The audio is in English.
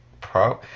Pro